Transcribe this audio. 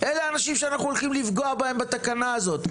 אלה האנשים שאנחנו הולכים לפגוע בהם בתקנה הזאת.